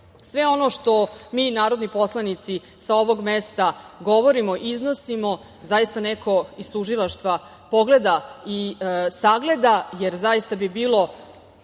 sve ono što mi narodni poslanici sa ovog mesta govorimo i iznosimo zaista neko iz tužilaštva pogleda i sagleda, jer zaista bi bilo